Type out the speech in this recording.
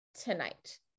tonight